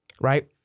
right